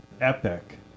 epic